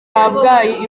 kabgayi